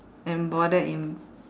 and bordered in